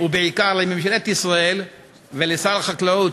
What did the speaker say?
ובעיקר לממשלת ישראל ולשר החקלאות,